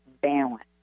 balance